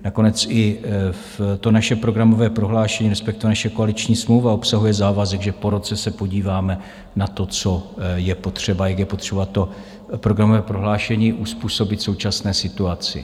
Nakonec i naše programové prohlášení, respektive naše koaliční smlouva, obsahuje závazek, že po roce se podíváme na to, co je potřeba a jak je potřeba to programové prohlášení uzpůsobit současné situaci.